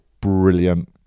brilliant